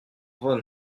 van